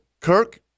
Kirk